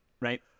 right